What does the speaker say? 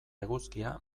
eguzkia